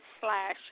slash